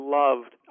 loved